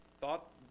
thought